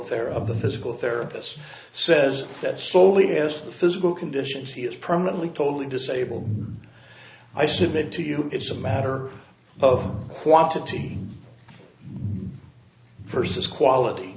the physical therapist says that slowly as the physical conditions he is permanently totally disabled i submit to you it's a matter of quantity versus quality